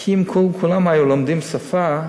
כי אם כולם היו לומדים שפה,